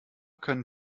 können